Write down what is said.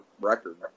record